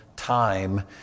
Time